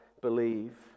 believe